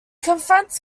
confronts